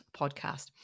podcast